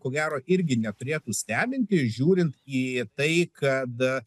ko gero irgi neturėtų stebinti žiūrint į tai kad